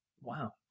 Wow